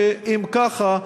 שאם ככה,